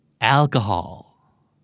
Alcohol